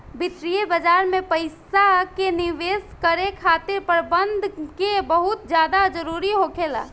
वित्तीय बाजार में पइसा के निवेश करे खातिर प्रबंधन के बहुत ज्यादा जरूरी होखेला